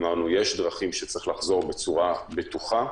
אמרנו שיש דרכים שצריך לחזור בצורה בטוחה,